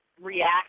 react